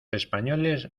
españoles